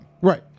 Right